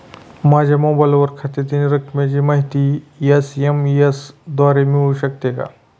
माझ्या मोबाईलवर खात्यातील रकमेची माहिती एस.एम.एस द्वारे मिळू शकते का?